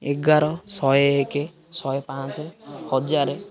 ଏଗାର ଶହେ ଏକ ଶହେ ପାଞ୍ଚ ହଜାର